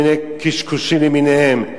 כל מיני קשקושים למיניהם.